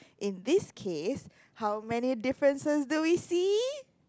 in this case how many differences do we see